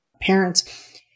parents